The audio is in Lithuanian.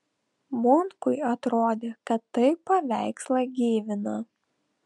munkui atrodė kad tai paveikslą gyvina